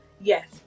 Yes